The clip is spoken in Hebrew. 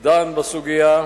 דן בסוגיה,